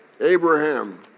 Abraham